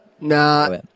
Nah